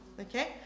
Okay